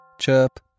Chirp